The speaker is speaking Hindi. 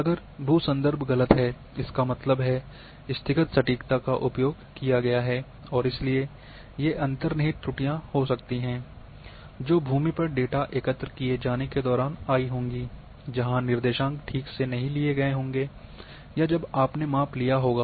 अगर भू संदर्भ गलत है इसका मतलब है स्थितिगत सटीकता का उपयोग किया गया है और इसलिए ये अंतर्निहित त्रुटियां हो सकती हैं जो भूमि पर डेटा एकत्र किए जाने के दौरान आयी होंगी जहाँ निर्देशांक ठीक से नहीं लिए गए होंगे या जब आपने माप लिया होगा